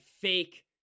Fake